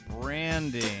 branding